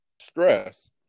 stress